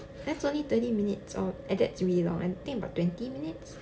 ya that's only thirty minutes and that's really long I think about twenty minutes